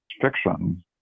fiction